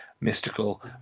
mystical